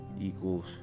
Equals